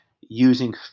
using